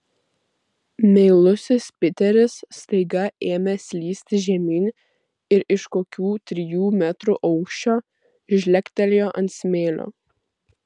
meilusis piteris staiga ėmė slysti žemyn ir iš kokių trijų metrų aukščio žlegtelėjo ant smėlio